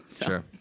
Sure